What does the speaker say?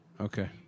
Okay